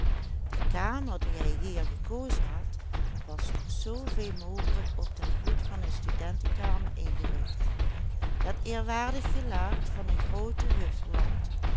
de kamer die hij hier gekozen had was nog zoo veel mogelijk op den voet van een studentekamer ingericht het eerwaardig gelaat van den grooten hufeland